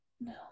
No